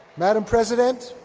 madame president,